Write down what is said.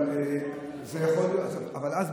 אבל אז,